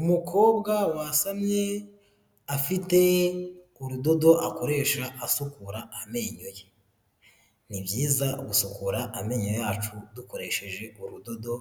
Umukobwa wasamye, afite urudodo akoresha asukura amenyo ye. Ni byiza gusukura amenyo yacu dukoresheje urudodo